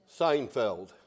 Seinfeld